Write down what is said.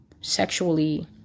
sexually